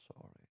sorry